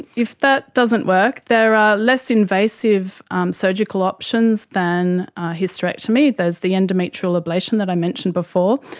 if that doesn't work there are less invasive surgical options than hysterectomy. there's the endometrial ablation that i mentioned before,